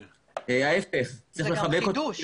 היפך, צריך לחבק אותם.